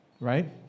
right